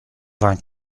vingt